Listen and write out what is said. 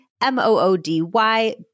M-O-O-D-Y